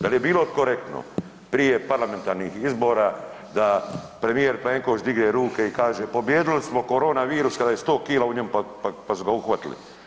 Da li je bilo korektno prije parlamentarnih izbora da premijer Plenković digne ruke i kaže pobijedili smo korona virus ka da je 100 kg u njemu pa su ga uhvatili.